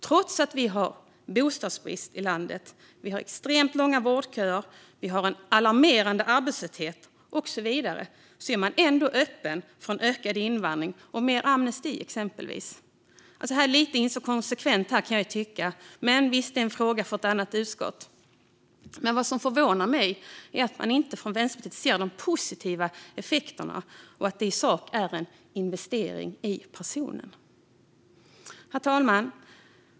Trots att vi i landet har bostadsbrist, extremt långa vårdköer, en alarmerande arbetslöshet och så vidare är man öppen för en ökad invandring och mer amnesti, exempelvis. Det är lite inkonsekvent, kan jag tycka. Det är dock en fråga för ett annat utskott. Vad som förvånar mig är att man från Vänsterpartiet inte ser de positiva effekterna och att detta i sak är en investering i personen. Herr talman!